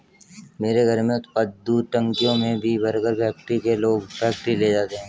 मेरे घर में उत्पादित दूध टंकियों में भरकर फैक्ट्री के लोग फैक्ट्री ले जाते हैं